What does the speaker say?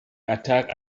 attacked